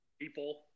people